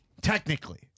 Technically